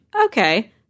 okay